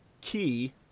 Key